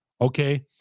okay